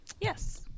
yes